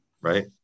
Right